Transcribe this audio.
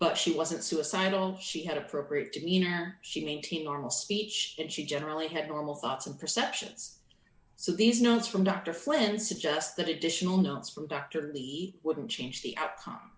but she wasn't suicidal she had appropriate demeanor she eighteen normal speech and she generally had normal thoughts and perceptions so these notes from doctor flynn suggest that additional notes from doctors wouldn't change the outcome